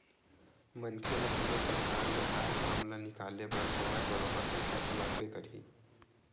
मनखे ल कोनो परकार ले आय काम ल निकाले बर होवय बरोबर पइसा तो लागबे करथे